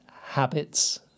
habits